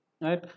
right